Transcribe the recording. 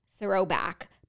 throwback